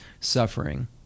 suffering